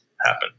happen